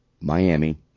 Miami